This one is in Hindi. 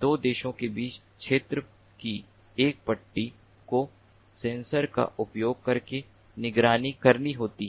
दो देशों के बीच क्षेत्र की एक पट्टी को सेंसर का उपयोग करके निगरानी करनी होती है